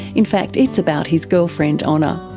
in fact, it's about his girlfriend honor,